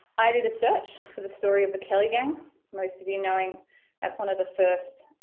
i did a search for the story of the kelly gang most of you knowing that's one of the first,